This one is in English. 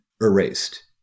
erased